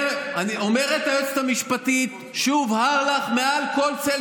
אומרת היועצת המשפטית שהובהר לך מעל כל צל